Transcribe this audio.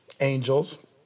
angels